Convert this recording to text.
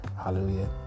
Hallelujah